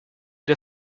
der